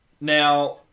now